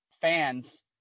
fans